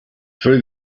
for